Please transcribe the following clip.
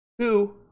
two